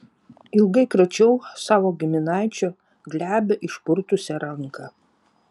ilgai kračiau savo giminaičio glebią išpurtusią ranką